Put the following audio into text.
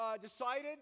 Decided